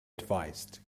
advised